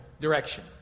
direction